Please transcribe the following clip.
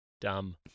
Dumb